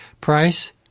price